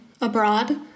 abroad